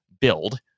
build